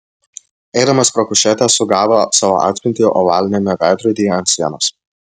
eidamas pro kušetę sugavo savo atspindį ovaliniame veidrodyje ant sienos